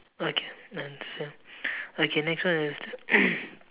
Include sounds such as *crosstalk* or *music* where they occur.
okay understand okay next one is the *noise*